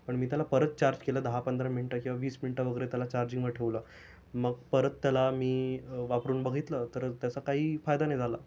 पण मी त्याला परत चार्ज केलं दहा पंधरा मिनटं किंवा वीस मिनटं वगैरे त्याला चार्जिंगवर ठेवलं मग परत त्याला मी वापरुन बघितलं तर त्याचा काहीही फायदा नाही झाला